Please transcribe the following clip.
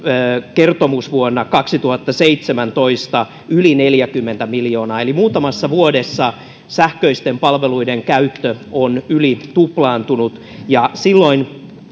kertomusvuonna kaksituhattaseitsemäntoista on yli neljäkymmentä miljoonaa eli muutamassa vuodessa sähköisten palveluiden käyttö on yli tuplaantunut silloin